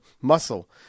muscle